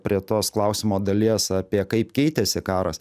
prie tos klausimo dalies apie kaip keitėsi karas